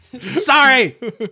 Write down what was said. Sorry